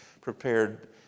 prepared